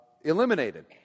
eliminated